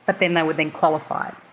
but then they would then qualify it,